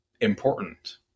important